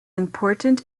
important